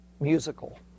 musical